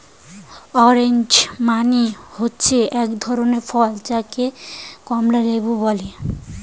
orange মানে হচ্ছে এক ধরনের ফল যাকে কমলা লেবু বলে